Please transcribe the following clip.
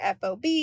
FOB